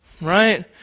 right